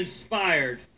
inspired